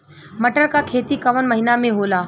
मटर क खेती कवन महिना मे होला?